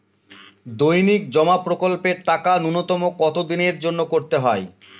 দৈনিক জমা প্রকল্পের টাকা নূন্যতম কত দিনের জন্য করতে হয়?